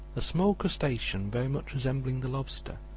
a small crustacean very much resembling the lobster,